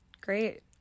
Great